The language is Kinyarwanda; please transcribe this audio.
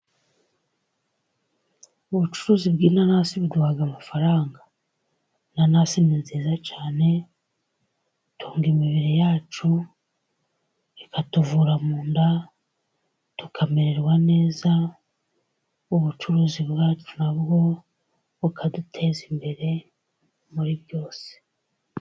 Ubucuruzi bw'inanasi buduha amafaranga. Inanasi ni nziza cyane, zitunga imibiri yacu, zikatuvura mu nda, tukamererwa neza, ubucuruzi bwacu na bwo bukaduteza imbere muri byose.